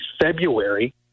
February